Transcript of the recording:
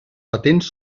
patents